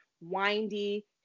windy